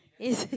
it's